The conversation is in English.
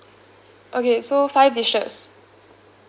okay so five dishes